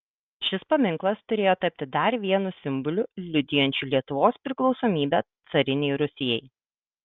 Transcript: šis paminklas turėjo tapti dar vienu simboliu liudijančiu lietuvos priklausomybę carinei rusijai